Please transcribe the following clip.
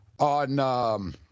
On